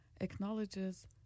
acknowledges